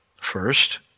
First